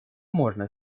можно